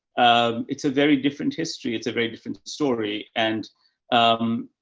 um, it's a very different history. it's a very different story. and um